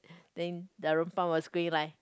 think Darunpan was green like